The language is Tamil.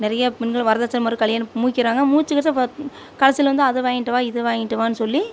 நிறைய பெண்கள் வரதட்சணை மறு கல்யாணம் முடிக்கிறாங்க முடிச்சதுக் கடைசியில் வந்து அதை வாங்கிட்டு வா இதை வாங்கிட்டு வான்னு சொல்லி